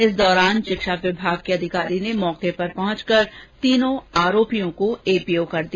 इस दौरान शिक्षा विभाग के अधिकारी ने मौके पर पहुंचकर तीनों आरोपियों को एपीओ कर दिया